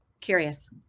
curious